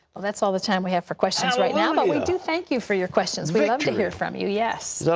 that's all the time we have for questions right now we do thank you for your questions. victory! we love to hear from you. yes! is that